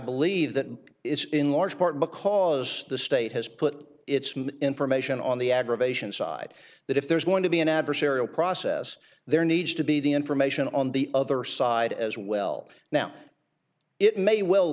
believe that is in large part because the state has put its information on the aggravation side that if there's going to be an adversarial process there needs to be the information on the other side as well now it may well